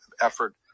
effort